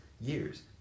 years